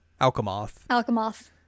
alchemoth